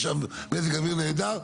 יש שם מזג אוויר נהדר,